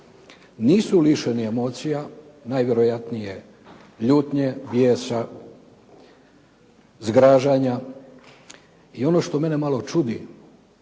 nisu lišeni emocija, najvjerojatnije ljutnje, bijesa, zgražanja. I ono što mene malo čudi,